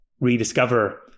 rediscover